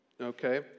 okay